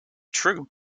true